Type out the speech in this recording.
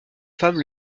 femme